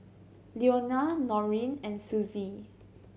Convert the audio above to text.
Leonia Noreen and Susie